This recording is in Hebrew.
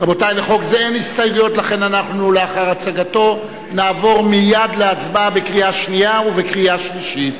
ולכן לאחר הצגתו נעבור מייד להצבעה בקריאה שנייה ובקריאה שלישית.